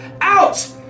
out